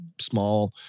small